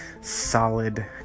solid